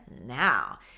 now